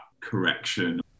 correction